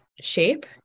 shape